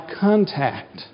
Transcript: contact